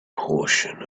portion